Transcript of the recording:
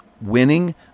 winning